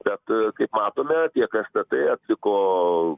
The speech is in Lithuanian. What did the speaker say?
bet kai matome tiek stt atliko